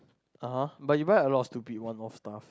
(uh huh) but you buy a lot of stupid one off stuff